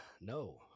no